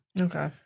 Okay